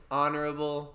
honorable